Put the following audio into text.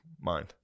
mind